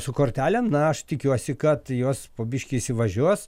su kortelėm na aš tikiuosi kad jos po biškį įsivažiuos